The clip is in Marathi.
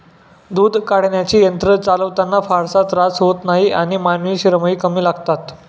दूध काढण्याचे यंत्र चालवताना फारसा त्रास होत नाही आणि मानवी श्रमही कमी लागतात